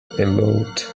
allowed